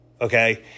okay